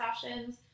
sessions